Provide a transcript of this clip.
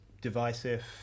divisive